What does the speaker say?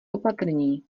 opatrní